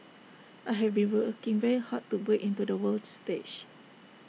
I have been working very hard to break into the world stage